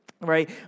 right